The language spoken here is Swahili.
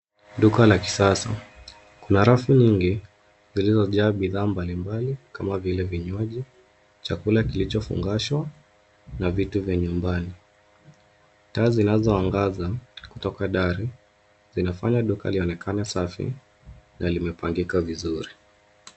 Duka la kisasa, ina rafu nyingi zilizojaa bidhaa mbalimbali kama vile vinywaji, chakula kilichofungashwa na vitu vya nyumbani. Taa zinazoangaza kutoka dari zinafanya duka lionekane safi na limepangika vizuri.